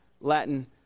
Latin